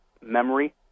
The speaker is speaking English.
memory